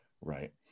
right